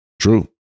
true